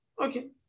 Okay